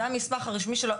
זה המסמך הרשמי שלו,